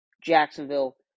Jacksonville